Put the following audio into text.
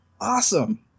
Awesome